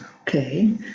Okay